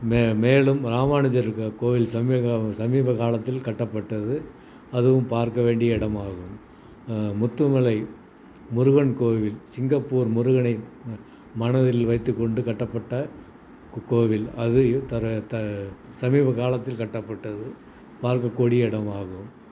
மே மேலும் ராமானுஜர் கோவில் சமியகாலம் சமீபகாலத்தில் கட்டப்பட்டது அதுவும் பார்க்க வேண்டிய இடமாகும் முத்துமலை முருகன் கோவில் சிங்கப்பூர் முருகனை மனதில் வைத்துக்கொண்டு கட்டப்பட்ட கு கோவில் அது த சமீபக்காலத்தில் கட்டப்பட்டது பார்க்ககூடிய இடமாகும்